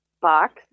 box